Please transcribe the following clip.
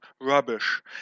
rubbish